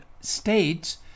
states